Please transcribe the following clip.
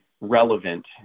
relevant